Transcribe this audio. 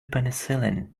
penicillin